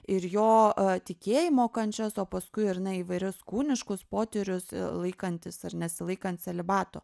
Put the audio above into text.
ir jo tikėjimo kančias o paskui ir na įvairius kūniškus potyrius laikantis ar nesilaikant celibato